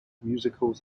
musicals